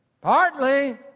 partly